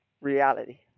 reality